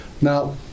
Now